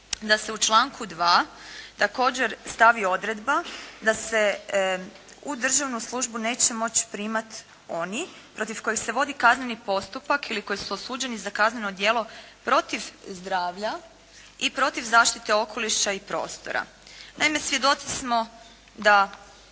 da se u članku 2. također stavi odredba da se u državnu službu neće moći primati oni protiv kojih se vodi kazneni postupak ili koji su osuđeni za kazneno djelo protiv zdravlja i protiv zaštite okoliša i prostora. Naime, svjedoci smo da